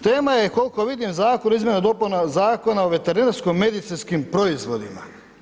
Tema je koliko vidim zakon o izmjenama i dopunama Zakon o veterinarsko-medicinskim proizvodima.